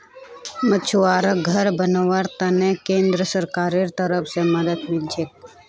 मछुवाराक घर बनव्वार त न केंद्र सरकारेर तरफ स मदद मिल छेक